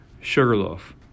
Sugarloaf